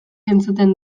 entzuten